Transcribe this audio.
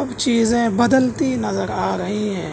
اب چیزیں بدلتی نظر آ رہی ہیں